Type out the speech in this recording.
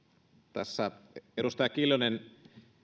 tässä edustaja kiljunen